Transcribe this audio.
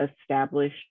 establish